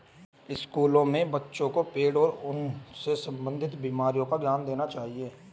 स्कूलों में बच्चों को पेड़ और उनसे संबंधित बीमारी का ज्ञान देना चाहिए